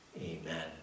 Amen